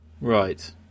Right